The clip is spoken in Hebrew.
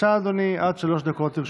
אדוני, עד שלוש דקות לרשותך.